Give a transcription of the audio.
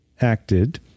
acted